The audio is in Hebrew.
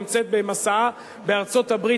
נמצאת במסעה בארצות-הברית,